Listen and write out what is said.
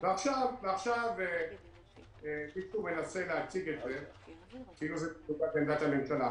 ועכשיו מישהו מנסה להציג את זה כאילו זה --- עמדת הממשלה.